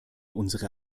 unsere